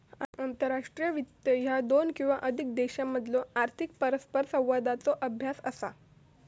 आंतरराष्ट्रीय वित्त ह्या दोन किंवा अधिक देशांमधलो आर्थिक परस्परसंवादाचो अभ्यास असा